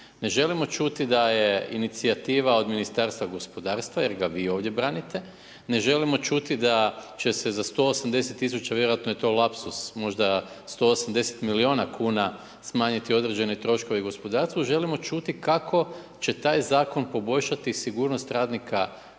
Ne želimo čuti d je inicijativa od Ministarstva gospodarstva jer g vi ovdje branite, ne želimo čuti da će se za 180 000, vjerovatno je to lapsusu, možda 180 milijuna kuna smanjiti određeni troškovi gospodarstvu, želimo čuti kako će taj zakon poboljšati sigurnost radnika na poslu